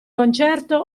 concerto